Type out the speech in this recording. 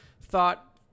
thought